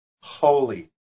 holy